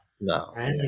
No